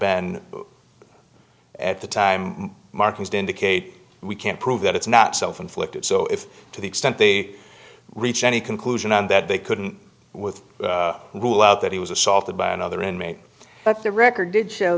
been at the time markings to indicate we can't prove that it's not self inflicted so if to the extent they reach any conclusion on that they couldn't with rule out that he was assaulted by another inmate but the record did show